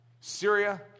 Syria